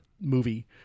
movie